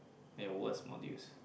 and your worse modules